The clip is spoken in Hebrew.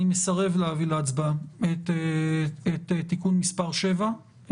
אני מסרב להביא להצבעה את תיקון מס' 7,